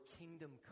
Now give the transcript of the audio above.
kingdom